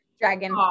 dragon